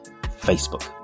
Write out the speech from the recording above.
Facebook